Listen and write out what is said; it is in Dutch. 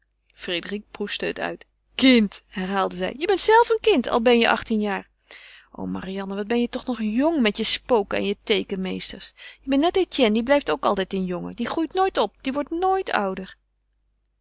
proestte het uit kind herhaalde zij je bent zelf een kind al ben je achttien jaar o marianne wat ben je toch nog jong met je spoken en je teekenmeesters je bent net etienne die blijft ook altijd een jongen die groeit nooit op die wordt nooit ouder